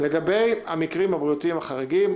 לגבי המקרים הבריאותיים החריגים,